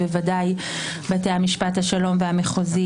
המפגינים,